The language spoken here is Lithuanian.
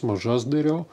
mažas dariau